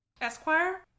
Esquire